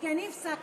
כי אני הפסקתי,